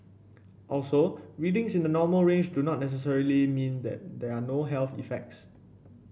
also readings in the normal range do not necessarily mean there are no health effects